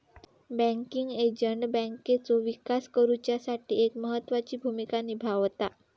banking agent बँकेचो विकास करुच्यासाठी एक महत्त्वाची भूमिका निभावता